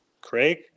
Craig